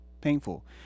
painful